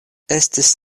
estis